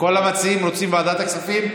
כל המציעים רוצים את ועדת הכספים?